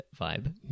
vibe